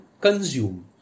consume